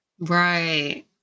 right